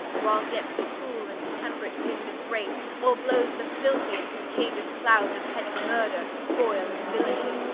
whiles yet the coole and temperate wind of grace o're-blowes the filthy and contagious clouds of heady murther, spoyle, and villany.